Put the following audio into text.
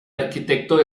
arquitecto